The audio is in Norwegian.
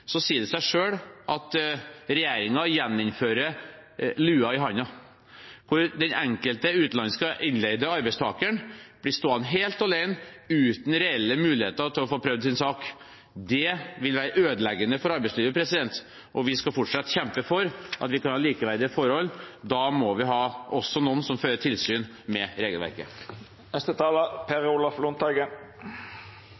sier det seg selv at regjeringen gjeninnfører lua i handa, for den enkelte utenlandske innleide arbeidstakeren blir stående helt alene uten reelle muligheter til å få prøvd sin sak. Det vil være ødeleggende for arbeidslivet. Vi skal fortsatt kjempe for at vi skal ha likeverdige forhold, og da må vi også ha noen som fører tilsyn med regelverket.